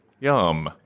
Yum